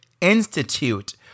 Institute